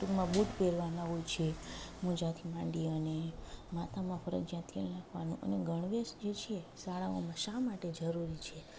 ટુંકમાં બુટ પહેરવાના હોય છે મોજાથી માંડી અને માથામાં ફરજિયાત તેલ નાખવાનું અને ગણવેશ જે છે શાળાઓમાં શા માટે જરૂરી છે